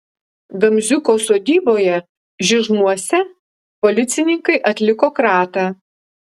gamziuko sodyboje žižmuose policininkai atliko kratą